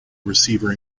receiver